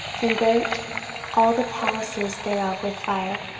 and burnt all the palaces thereof with fire,